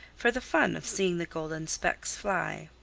for the fun of seeing the golden specks fly.